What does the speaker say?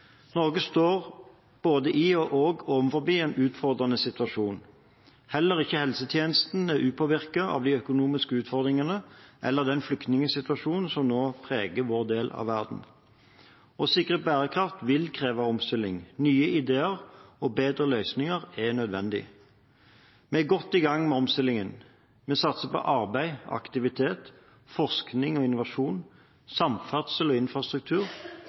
Norge står både i og overfor en utfordrende situasjon. Heller ikke helsetjenesten er upåvirket av de økonomiske utfordringene eller den flyktningsituasjonen som nå preger vår del av verden. Å sikre bærekraft vil kreve omstilling. Nye ideer og bedre løsninger er nødvendig. Vi er godt i gang med omstillingen. Vi satser på arbeid og aktivitet, forskning og innovasjon, samferdsel og infrastruktur.